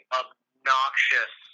obnoxious